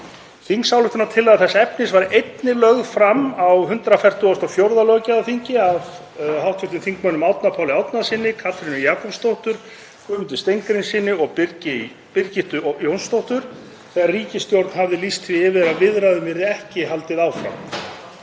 Þingsályktunartillaga þess efnis var einnig lögð fram á 144. löggjafarþingi af hv. þingmönnum Árna Páli Árnasyni, Katrínu Jakobsdóttur, Guðmundi Steingrímssyni og Birgittu Jónsdóttur þegar ný ríkisstjórn hafði lýst því yfir að viðræðum yrði ekki haldið áfram.